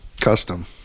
custom